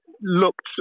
looked